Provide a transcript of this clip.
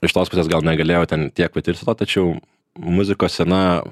iš tos pusės gal negalėjau ten tiek patirti to tačiau muzikos scena